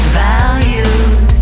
values